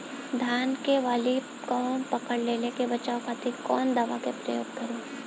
धान के वाली में कवक पकड़ लेले बा बचाव खातिर कोवन दावा के प्रयोग करी?